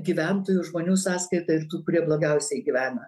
gyventojų žmonių sąskaitą ir tų kurie blogiausiai gyvena